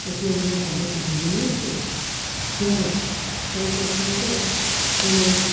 એટલે જ્યારે બાળક જન્મે છે ત્યારે સૌપ્રથમ તો એને